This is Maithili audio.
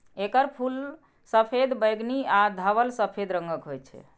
एकर फूल सफेद, बैंगनी आ धवल सफेद रंगक होइ छै